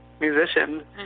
musician